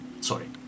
sorry